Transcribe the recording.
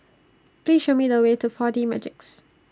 Please Show Me The Way to four D Magix